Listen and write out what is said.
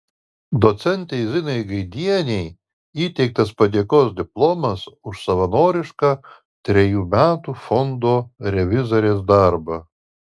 docentei zinai gaidienei įteiktas padėkos diplomas už savanorišką trejų metų fondo revizorės darbą